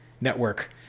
network